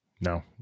no